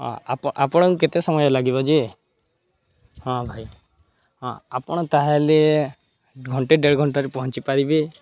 ହଁ ଆପ ଆପଣଙ୍କୁ କେତେ ସମୟ ଲାଗିବ ଯେ ହଁ ଭାଇ ହଁ ଆପଣ ତା'ହେଲେ ଘଣ୍ଟେ ଦେଢ଼ ଘଣ୍ଟାରେ ପହଞ୍ଚିପାରିବେ